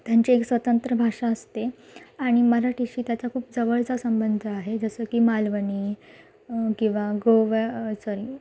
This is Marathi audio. त्यांची एक स्वतंत्र भाषा असते आणि मराठीशी त्याचा खूप जवळचा संबंध आहे जसं की मालवणी किंवा गोवा सरी